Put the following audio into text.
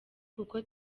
kuko